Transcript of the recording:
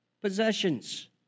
possessions